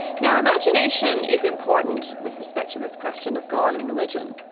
now imagination is important with respect to this question of god and religion,